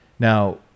Now